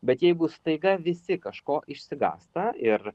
bet jeigu staiga visi kažko išsigąsta ir